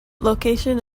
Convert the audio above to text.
location